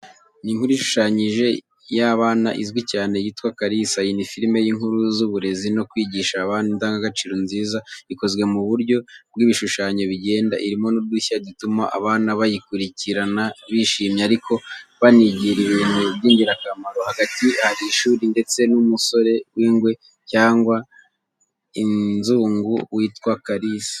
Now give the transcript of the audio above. Ni inkuru ishushanyije y’abana izwi cyane yitwa Kalisa, iyi ni filime y’inkuru z’uburezi no kwigisha abana indangagaciro nziza, ikozwe mu buryo bw'ibishushanyo bigenda. Irimo n’udushya dutuma abana bayikurikirana bishimye ariko banigira ibintu by’ingirakamaro. Hagati hari ishuri ndetse n'umusore w'ingwe cyangwa inzungu witwa Kalisa.